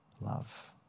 love